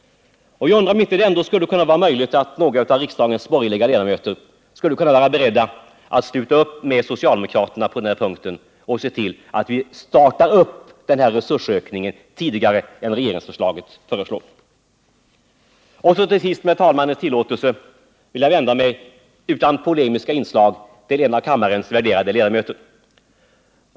Jag undrar om det inte ändå skulle kunna vara möjligt att några av riksdagens borgerliga ledamöter kunde vara beredda att sluta upp med socialdemokraterna på den här punkten och se till, att vi startar den här resursökningen tidigare än regeringen föreslår. Till sist: Med talmannens tillåtelse vill jag vända mig utan polemiska inslag tillen av kammarens värderade ledamöter.